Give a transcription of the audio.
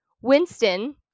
Winston